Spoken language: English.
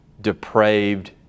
depraved